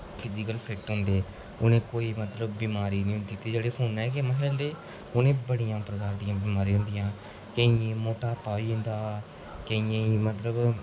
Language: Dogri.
फिजीकल फिट होंदे उनें गी कोई मतलब बिमारी नेईं होंदी ते जेह्डे़ फोने च गेमा खेढदे उनेंगी बड़ियां प्रकार दियां बमारियां होंदिया केइयें गी मटापा होई जंदा केइयें गी मतलब